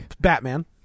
Batman